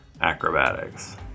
acrobatics